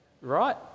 Right